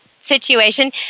situation